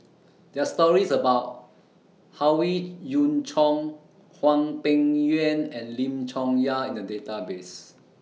There Are stories about Howe Yoon Chong Hwang Peng Yuan and Lim Chong Yah in The Database